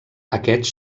aquests